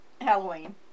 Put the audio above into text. Halloween